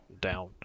down